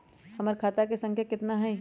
हमर खाता के सांख्या कतना हई?